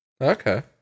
Okay